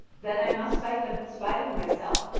then i must fight them in spite of myself.